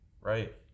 Right